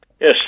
Yes